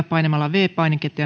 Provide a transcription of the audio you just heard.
painamalla viides painiketta